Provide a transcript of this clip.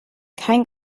kein